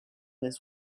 this